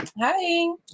Hi